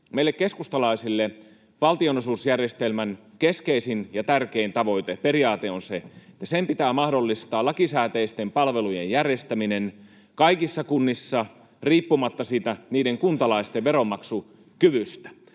Meille keskustalaisille valtionosuusjärjestelmän keskeisin ja tärkein periaate on se, että sen pitää mahdollistaa lakisääteisten palvelujen järjestäminen kaikissa kunnissa riippumatta kuntalaisten veronmaksukyvystä.